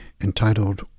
entitled